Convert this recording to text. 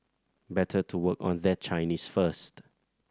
better to work on their Chinese first